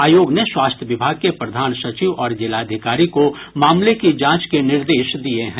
आयोग ने स्वास्थ्य विभाग के प्रधान सचिव और जिलाधिकारी को मामले की जांच के निर्देश दिये हैं